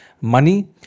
money